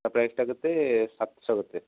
ପ୍ରାଇସ୍ଟା କେତେ ସାତଶହ କେତେ